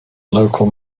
local